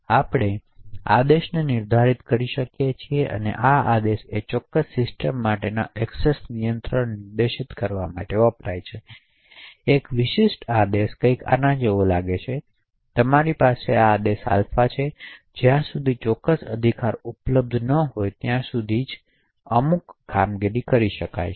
આપણે આદેશોને નિર્ધારિત કરી શકીએ છીએ તેથી આ આદેશ એ તે ચોક્કસ સિસ્ટમ માટેના એક્સેસ નિયંત્રણને નિર્દિષ્ટ કરવા માટે વપરાય છે એક વિશિષ્ટ આદેશ કંઈક આના જેવો લાગે છે તેથી તમારી પાસે આદેશ આલ્ફા છે અને જ્યાં સુધી ચોક્કસ અધિકાર ઉપલબ્ધ ન હોય ત્યાં સુધી જ અમુક કામગીરી કરી શકાય છે